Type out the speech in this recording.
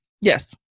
Yes